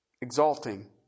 Exalting